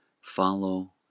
follow